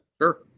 Sure